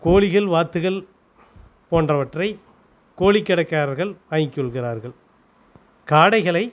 கோழிகள் வாத்துகள் போன்றவற்றை கோழி கடைக்காரர்கள் வாங்கி கொள்கிறார்கள் காடைகளை